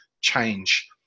change